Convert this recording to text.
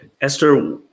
Esther